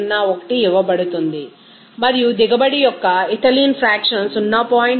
501 ఇవ్వబడుతుంది మరియు దిగుబడి యొక్క ఇథిలీన్ ఫ్రాక్షన్ 0